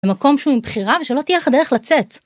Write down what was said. במקום שהוא מבחירה ושלא תהיה לך דרך לצאת.